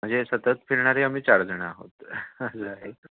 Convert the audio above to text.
म्हणजे सतत फिरणारी आम्ही चार जणं आहोत असं आहे